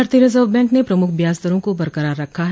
भारतीय Reserve Bank ने प्रमुख ब्याज दरों को बरकरार रखा है